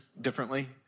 differently